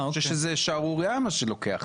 אני חושב שזה שערורייה הזמן שלוקח.